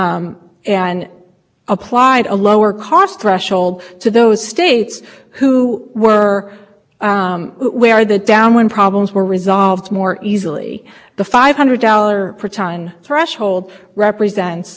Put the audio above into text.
interpretation of the statutory requirement but i don't see you arguing that and let's take the texas example that were the texas budget increased as counsel was discussing